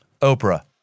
Oprah